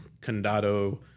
Condado